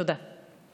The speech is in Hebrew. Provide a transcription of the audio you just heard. תודה.